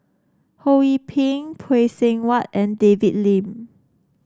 Ho Yee Ping Phay Seng Whatt and David Lim